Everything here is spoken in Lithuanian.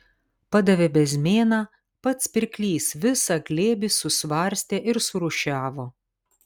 padavė bezmėną pats pirklys visą glėbį susvarstė ir surūšiavo